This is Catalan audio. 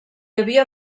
havia